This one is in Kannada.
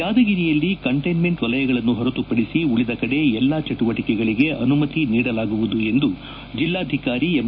ಯಾದಗಿರಿಯಲ್ಲಿ ಕಂಟೈನ್ಮೆಂಟ್ ವಲಯಗಳನ್ನು ಹೊರತುಪಡಿಸಿ ಉಳಿದ ಕಡೆ ಎಲ್ಲಾ ಚಟುವಟಿಕೆಗಳಿಗೆ ಅನುಮತಿ ನೀಡಲಾಗುವುದು ಎಂದು ಜಿಲ್ಲಾಧಿಕಾರಿ ಎಂ